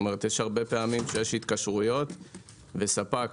הרבה פעמים יש התקשרויות שבהן ספק